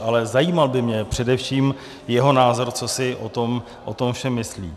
Ale zajímal by mě především jeho názor, co si o tom všem myslí.